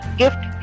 gift